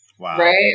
Right